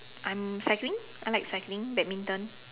um cycling I like cycling badminton